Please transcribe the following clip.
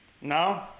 No